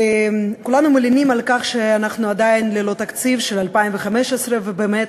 כולנו מלינים על כך שאנחנו עדיין ללא התקציב של 2015. ובאמת,